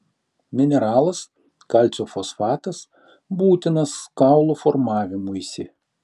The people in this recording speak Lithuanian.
mineralas kalcio fosfatas būtinas kaulų formavimuisi